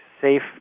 safe